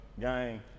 Gang